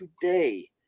today